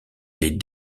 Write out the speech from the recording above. les